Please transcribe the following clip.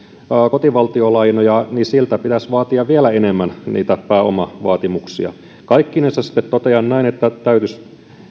kotivaltiolainoja niin siltä pitäisi vaatia vielä enemmän pääomavaatimuksia kaikkinensa sitten totean näin että täytyisi